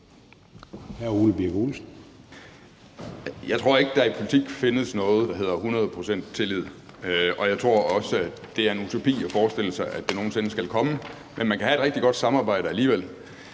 Jeg tror ikke, der i politik findes noget, der hedder hundrede procent tillid, og jeg tror også, at det er en utopi at forestille sig, at den nogen sinde skal komme, men man kan have et rigtig godt samarbejde alligevel.